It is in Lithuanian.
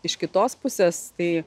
iš kitos pusės tai